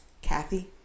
Kathy